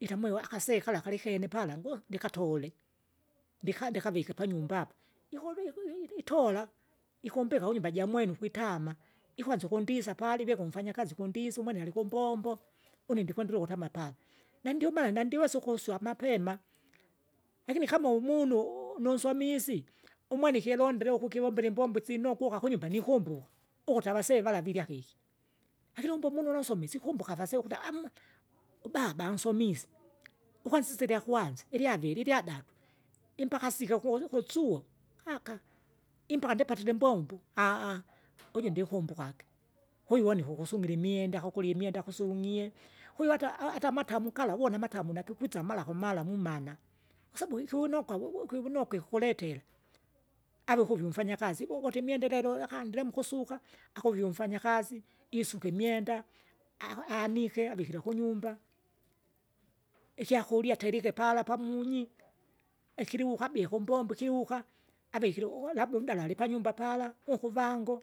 Ita mwe wakasee kala kalikene pala ngu ndikatole, ndika- ndikavike panyumba apa, ikulu iku- i- i- itola ikumbika kunyumba jamwene ukwitama, ikwanza ukundisa palavye kumfanya ukundisa umwene alikumbombo, une ndikwendelea ukutama pala. nandiomaana nandiwesa ukuswa mapema. Lakini kama umunu ununsomisi, umwene ikilondile uku kivombela isinoko uka kunyumba nikumbuka, ukuta avasee vala virya kiki. Lakini umbu munula unsomise ikumbuka avazee ukuta amma, ubaba ansomise ukwansisa ilyakwanza, ilyaviri ilyadadu, impaka sike ukus- ukusuo, aka, impaka ndipatile imbombo uju ndiukumbukage, kwahiyo uwoni ikukusungira imwenda kukulie imwenda kusiung'ie, kwahiyo hata, hata amatamu gala uona matamu nakikwisa mara kwa mara mumana, kwasabu iki wunokwa wuwu kivunokwa ukukuletera, ave kuve umfanyakazi, ukuti imwenda ilelo akandile mukusuka akuvye umfanya kazi, isuke imwenda, a- anike avikire kunyumba, ikyakurya terike pala pamunyi, ikiliwukabie kumbombo kiliuka, avikire u- labda undala undala alipanyumba pala, unkuvango.